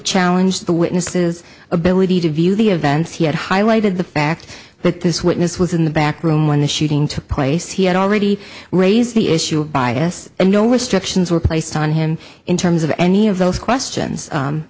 challenge the witnesses ability to view the events he had highlighted the fact that this witness was in the back room when the shooting took place he had already raised the issue of bias and no restrictions were placed on him in terms of any of those questions